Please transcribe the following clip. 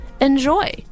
Enjoy